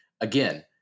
again